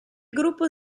gruppo